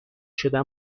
شدن